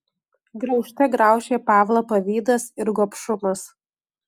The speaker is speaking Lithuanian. graužte graužė pavlą pavydas ir gobšumas